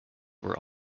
were